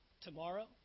Tomorrow